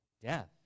Death